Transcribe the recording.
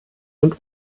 und